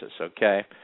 okay